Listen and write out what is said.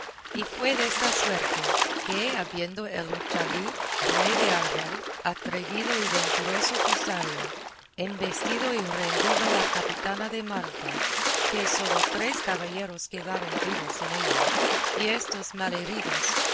y fue desta suerte que habiendo el uchalí rey de argel atrevido y venturoso cosario embestido y rendido la capitana de malta que solos tres caballeros quedaron vivos en ella y éstos malheridos